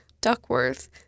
Duckworth